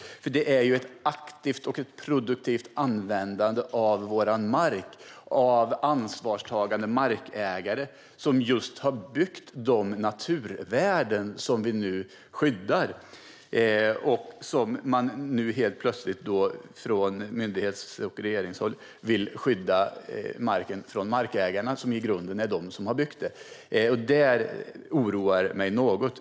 Det är ju ett aktivt och produktivt användande av vår mark av ansvarstagande markägare som har byggt de naturvärden som vi nu skyddar. Nu vill man helt plötsligt från regerings och myndighetshåll skydda marken från markägarna, som i grunden är de som har byggt upp detta. Det oroar mig något.